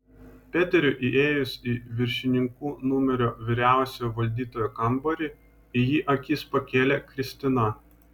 peteriui įėjus į viršininkų numerio vyriausiojo valdytojo kambarį į jį akis pakėlė kristina